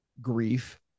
grief